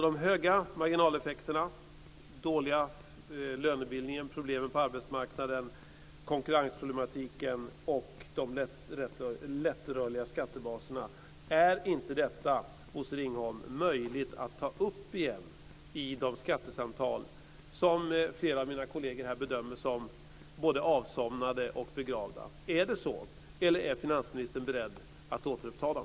De höga marginaleffekterna, den dåliga lönebildningen, problemen på arbetsmarknaden, konkurrensproblematiken och de lättrörliga skattebaserna - är inte detta, Bosse Ringholm, möjligt att ta upp igen i de skattesamtal som flera av mina kolleger här bedömer som både avsomnade och begravda? Är det så? Eller är finansministern beredd att återuppta dem?